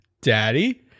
daddy